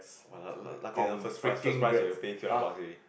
wa lucky I never first prize first prize you have to pay three hundred buck already